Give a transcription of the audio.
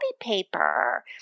paper